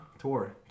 tour